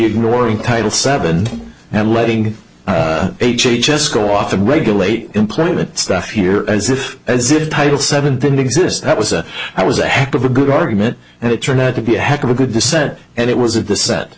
ignoring title seven and letting h h s go off and regulate employment stuff here as if as if title seven didn't exist that was a i was a heck of a good argument and it turned out to be a heck of a good the said and it was at the set